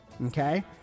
Okay